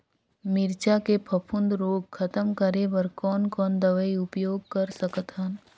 मिरचा के फफूंद रोग खतम करे बर कौन कौन दवई उपयोग कर सकत हन?